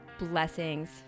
blessings